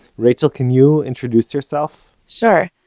rachael, can you introduce yourself? sure,